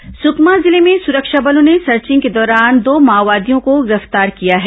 माओवादी समाचार सुकमा जिले में सुरक्षा बलों ने सर्चिंग के दौरान दो माओवादियों को गिरफ्तार किया है